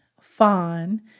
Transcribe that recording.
fawn